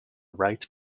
right